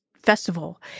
festival